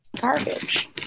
Garbage